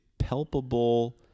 palpable